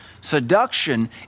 Seduction